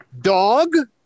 dog